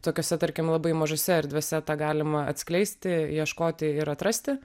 tokiose tarkim labai mažose erdvėse tą galima atskleisti ieškoti ir atrasti